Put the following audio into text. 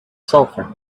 sulfur